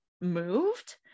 moved